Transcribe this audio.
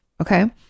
Okay